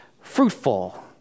fruitful